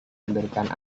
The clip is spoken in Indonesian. memberikan